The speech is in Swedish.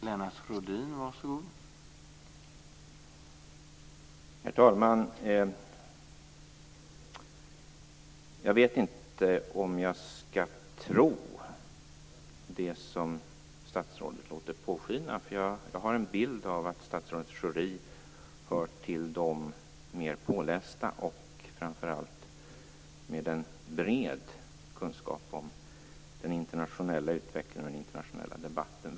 Herr talman! Jag vet inte om jag skall tro det som statsrådet låter påskina. Jag har en bild av att statsrådet Schori hör till de mer pålästa och framför allt har en bred kunskap om den internationella utvecklingen och den internationella debatten.